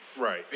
Right